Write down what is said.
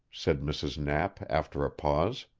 said mrs. knapp after a pause.